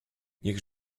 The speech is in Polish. niech